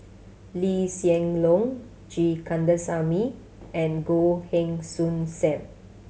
Lee Hsien Loong G Kandasamy and Goh Heng Soon Sam